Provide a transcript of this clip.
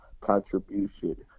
contribution